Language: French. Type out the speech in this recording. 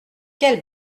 quel